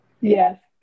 Yes